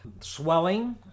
Swelling